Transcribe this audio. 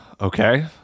Okay